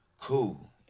Cool